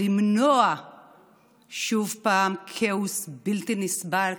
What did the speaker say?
למנוע שוב פעם כאוס בלתי נסבל,